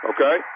Okay